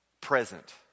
Present